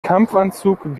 kampfanzug